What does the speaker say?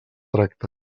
tracte